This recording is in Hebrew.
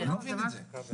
אני לא מבין את זה.